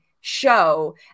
show